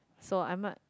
so I'm not